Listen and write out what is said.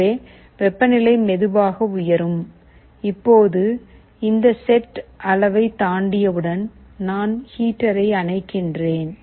எனவே வெப்பநிலை மெதுவாக உயரும் இப்போது இந்த செட் அளவைத் தாண்டியவுடன் நான் ஹீட்டரை அணைக்கிறேன்